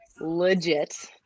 legit